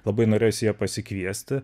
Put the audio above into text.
labai norėjosi ją pasikviesti